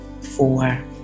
four